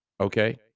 Okay